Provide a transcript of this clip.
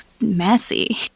messy